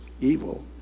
evil